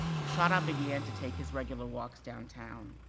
rashada began to take his regular walks downtown.